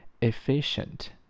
efficient